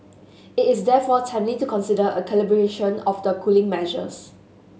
it is therefore timely to consider a calibration of the cooling measures